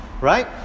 right